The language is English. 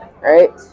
right